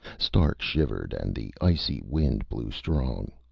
stark shivered, and the icy wind blew strong.